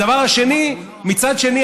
הדבר השני: מצד שני,